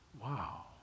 Wow